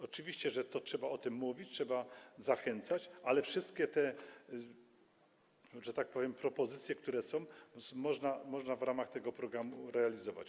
Oczywiście, że trzeba o tym mówić, trzeba zachęcać, ale wszystkie te, że tak powiem, propozycje, które są, można w ramach tego programu realizować.